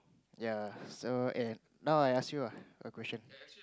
ya so and now I ask you lah a question